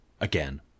Again